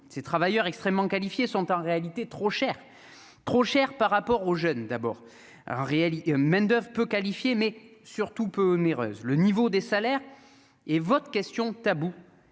ces travailleurs extrêmement qualifiés sont en réalité trop cher, trop cher par rapport aux jeunes d'abord un réel il main oeuvre peu qualifiée, mais surtout peu onéreuses, le niveau des salaires et votre question taboue